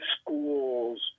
schools